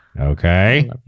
Okay